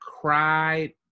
cried